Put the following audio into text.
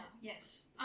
yes